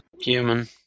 Human